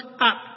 up